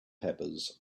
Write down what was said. peppers